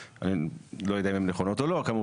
אני לא יודע אם הן נכונות או לא כמובן,